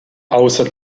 außer